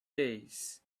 days